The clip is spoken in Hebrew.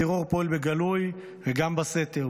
הטרור פועל בגלוי, וגם בסתר.